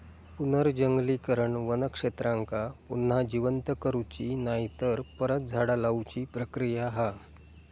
पुनर्जंगलीकरण वन क्षेत्रांका पुन्हा जिवंत करुची नायतर परत झाडा लाऊची प्रक्रिया हा